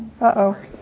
Uh-oh